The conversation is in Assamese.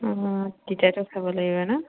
অঁ তিতাটো খাব লাগিব নহ্